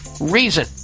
reason